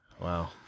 Wow